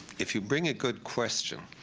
if you bring a good question